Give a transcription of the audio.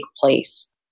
place